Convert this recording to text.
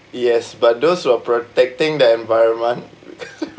yes but those who are protecting the environment